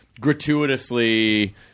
gratuitously